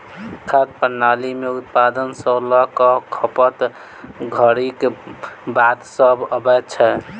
खाद्य प्रणाली मे उत्पादन सॅ ल क खपत धरिक बात सभ अबैत छै